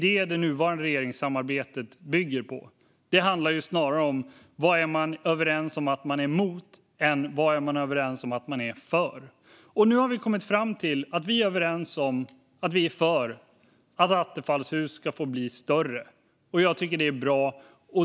Det nuvarande regeringssamarbetet bygger ju på detta. Det handlar snarare om vad man är överens om att man är emot än om vad man är överens om att man är för. Nu har vi kommit fram till att vi är överens om att vi är för att attefallshus ska få bli större. Jag tycker att det är bra.